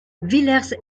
villers